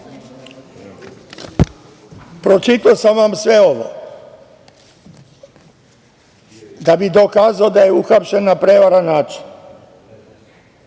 njima. Pročitao sam vam sve ovo da bi dokazao da je uhapšen na prevaren način. To